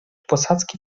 posadzki